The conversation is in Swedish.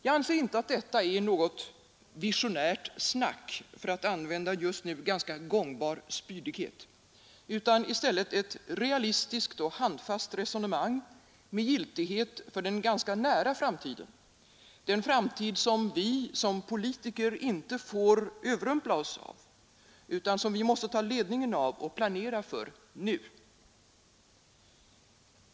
Jag anser inte att detta är något ”visionärt snack” — för att använda en just nu ganska gångbar spydighet — utan ett realistiskt och handfast resonemang med giltighet för den ganska nära framtiden, den framtid vilken vi som politiker inte får låta oss överrumplas av utan måste ta ledningen av och planera för just nu.